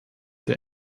der